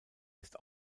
ist